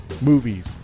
movies